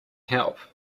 help